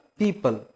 people